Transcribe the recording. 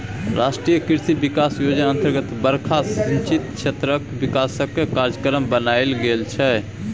राष्ट्रीय कृषि बिकास योजना अतर्गत बरखा सिंचित क्षेत्रक बिकासक कार्यक्रम बनाएल गेल छै